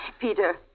Peter